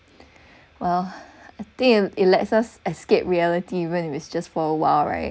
well I think it lets us escape reality even if it's just for awhile right